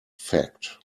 fact